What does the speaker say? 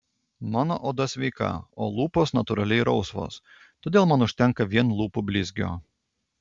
mano oda sveika o lūpos natūraliai rausvos todėl man užtenka vien lūpų blizgio